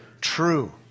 True